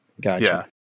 Gotcha